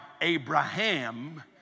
Abraham